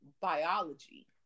biology